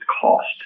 cost